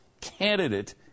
candidate